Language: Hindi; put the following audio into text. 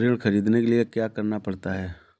ऋण ख़रीदने के लिए क्या करना पड़ता है?